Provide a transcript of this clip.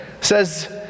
says